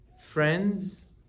friends